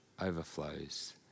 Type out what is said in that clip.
overflows